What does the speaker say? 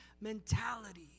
mentality